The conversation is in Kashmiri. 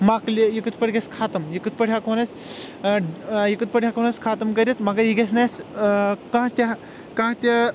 مۄکلہِ یہِ کِتھ پٲٹھۍ گژھِ ختٕم یہِ کِتھ پٲٹھۍ ہیٚکہٕ ہون أسۍ یہِ کِتھ پٲٹھۍ ہیٚکہٕ ہون أسۍ ختٕم کٔرتھ مگر یہِ گژھِ نہٕ اسہِ کانٛہہ تہِ کانٛہہ تہِ